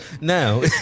Now